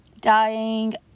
dying